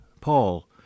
Paul